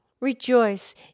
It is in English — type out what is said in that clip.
Rejoice